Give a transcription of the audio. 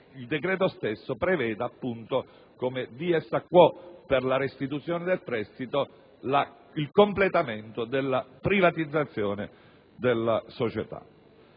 il decreto stesso preveda, appunto come *dies a quo* per la restituzione del prestito, il completamento della privatizzazione della società.